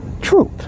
truth